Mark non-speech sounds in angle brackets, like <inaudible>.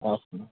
<unintelligible>